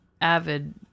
avid